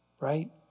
Right